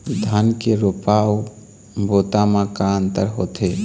धन के रोपा अऊ बोता म का अंतर होथे?